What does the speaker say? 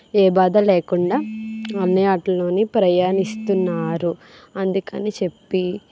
ఏ బాధ లేకుండా అన్నీ వాటల్లోను ప్రయాణిస్తున్నారు అందుకని చెప్పి